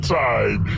time